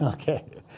ok,